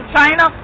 China